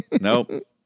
nope